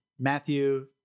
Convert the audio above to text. Matthew